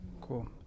Cool